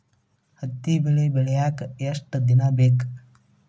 ಹತ್ತಿ ಬೆಳಿ ಬೆಳಿಯಾಕ್ ಎಷ್ಟ ದಿನ ಬೇಕ್?